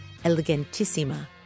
Elegantissima